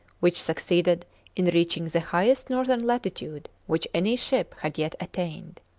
which succeeded in reaching the highest northern latitude which any ship had yet attained.